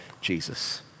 Jesus